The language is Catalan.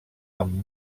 amb